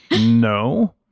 no